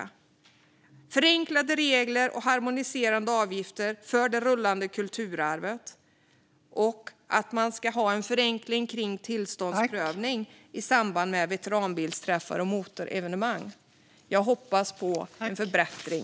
Det handlar om förenklade regler och harmoniserande avgifter för det rullande kulturarvet och att man ska ha en förenkling av tillståndsprövning i samband med veteranbilsträffar och motorevenemang. Jag hoppas på en förbättring.